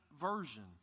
version